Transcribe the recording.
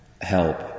help